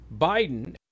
Biden